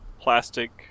plastic